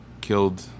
killed